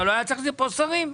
לא היו צריכים להיות כאן כמה שרים?